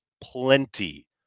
plenty